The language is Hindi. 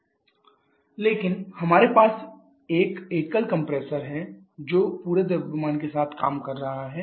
QEQLRQLF लेकिन हमारे पास एक एकल कंप्रेसर है जो पूरे द्रव्यमान के साथ काम कर रहा है